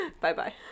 Bye-bye